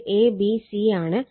ഇത് a b c ആണ്